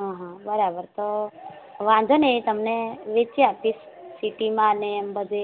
હા હા બરાબર તો વાંધો નહીં તમને વેચી આપીશ સિટીમાં ને એમ બધે